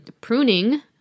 Pruning